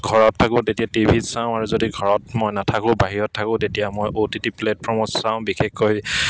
ঘৰত থাকোঁ তেতিয়া টি ভিত চাওঁ আৰু যদি ঘৰত মই নাথাকোঁ বাহিৰত থাকোঁ তেতিয়া মই অ' টি টি প্লেটফৰ্মত চাওঁ বিশেষকৈ